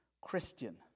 Christian